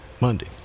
Monday